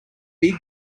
big